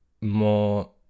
more